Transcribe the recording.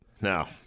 Now